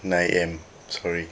nine A_M sorry